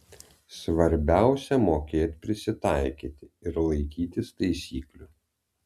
svarbiausia mokėt prisitaikyti ir laikytis taisyklių